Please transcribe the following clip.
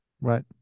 Right